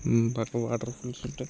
పక్కా waterfalls ఉంటాయి